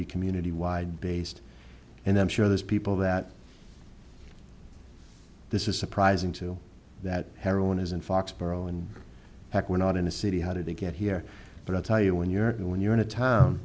be community wide based and i'm sure there's people that this is surprising to that heroin is in foxborough and back we're not in the city how did they get here but i'll tell you when you're in when you're in a town